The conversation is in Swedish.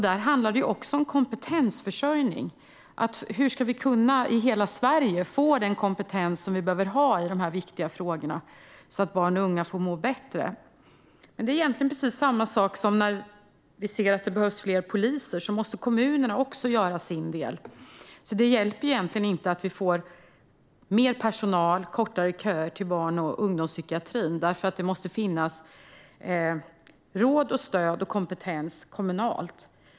Där handlar det också om kompetensförsörjning. Hur ska vi i hela Sverige kunna få den kompetens som vi behöver ha i dessa viktiga frågor, så att barn och unga får må bättre? Det är egentligen samma sak som när vi ser att det behövs fler poliser. Då måste också kommunerna göra sin del. Det hjälper egentligen inte att vi får mer personal och kortare köer till barn och ungdomspsykiatrin. Det måste även finnas råd, stöd och kompetens kommunalt.